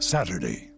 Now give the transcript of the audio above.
Saturday